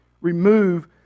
Remove